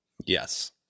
Yes